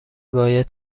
باید